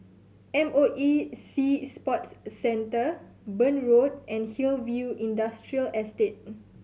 M O E Sea Sports Centre Burn Road and Hillview Industrial Estate